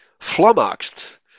flummoxed